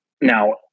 now